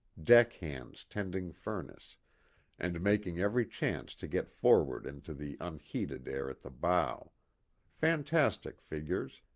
deck-hands tending furnace and making every chance to get forward into the unheated air at the bow fantastic figures,